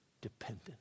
dependent